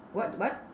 what what